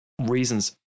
reasons